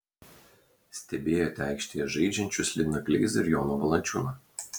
stebėjote aikštėje žaidžiančius liną kleizą ir joną valančiūną